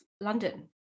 London